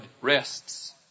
rests